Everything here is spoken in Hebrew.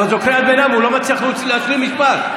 אבל זאת קריאת ביניים, והוא לא מצליח להשלים משפט.